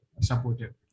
supportive